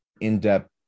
in-depth